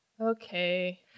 Okay